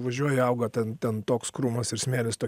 važiuoji auga ten ten toks krūmas ir smėlis to